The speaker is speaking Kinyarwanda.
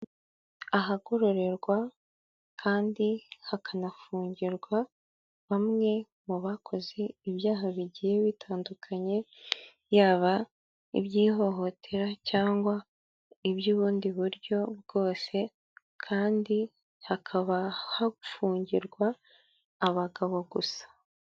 Ahagororerwa kandi hakanafungirwa bamwe mu bakoze ibyaha bigiye bitandukanye, yaba iby'ihohotera cyangwa iby'ubundi buryo bwose kandi hakaba hafungirwa abagabo gusa.